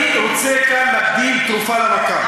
אני רוצה להקדים כאן תרופה למכה,